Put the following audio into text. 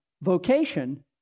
vocation